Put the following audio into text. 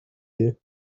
you